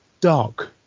dark